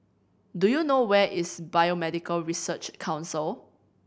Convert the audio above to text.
do you know where is Biomedical Research Council